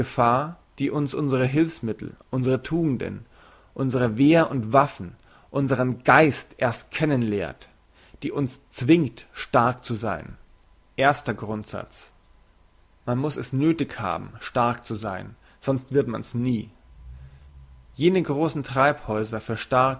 die uns unsre hülfsmittel unsre tugenden unsre wehr und waffen unsern geist erst kennen lehrt die uns zwingt stark zu sein erster grundsatz man muss es nöthig haben stark zu sein sonst wird man's nie jene grossen